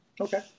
Okay